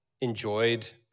enjoyed